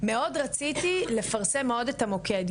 מאוד רציתי לפרסם מאוד את המוקד,